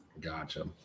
Gotcha